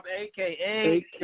AKA